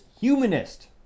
humanist